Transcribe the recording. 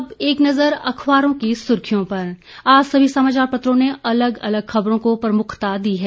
अब एक नजर अखबारों की सुर्खियों पर आज सभी समाचार पत्रों ने अलग अलग खबरों को प्रमुखता दी है